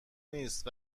نیست